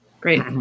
Great